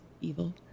evil